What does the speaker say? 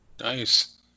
Nice